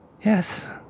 Yes